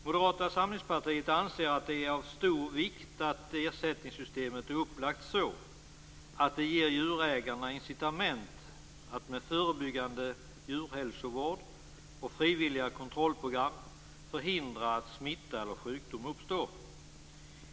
Moderata samlingspartiet anser att det är av stor vikt att ersättningssystemet är upplagt så att det ger djurägarna incitament att med förebyggande djurhälsovård och frivilliga kontrollprogram förhindra att smitta eller sjukdom uppstår.